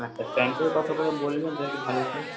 আচ্ছা প্যান্টের কত করে বললেন তাহলে একটু ভালো হত